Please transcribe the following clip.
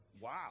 wow